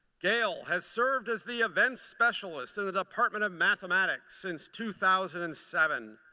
gail has served as the events specialist in the department of mathematics since two thousand and seven.